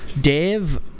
Dave